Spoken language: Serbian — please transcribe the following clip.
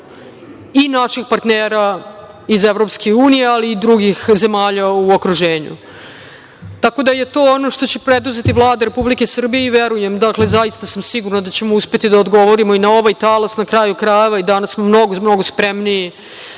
i naših partnera iz EU, ali i drugih zemalja u okruženju. Tako da je to ono što će preduzeti Vlada Republike Srbije. Verujem i zaista sam sigurna da ćemo uspeti da odgovorimo i na ovaj talas. Na kraju krajeva, danas smo mnogo spremniji